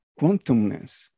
quantumness